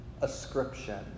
ascription